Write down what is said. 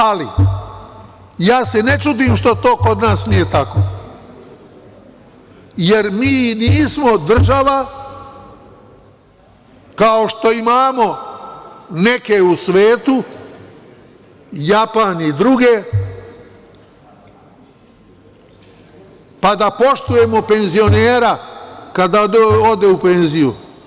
Ali, ne čudim se što to kod nas nije tako, jer mi nismo država kao što imamo neke u svetu, Japan i druge, pa da poštujemo penzionera kada ode u penziju.